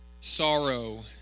sorrow